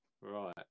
Right